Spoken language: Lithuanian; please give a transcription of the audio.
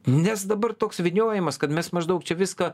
nes dabar toks vyniojimas kad mes maždaug čia viską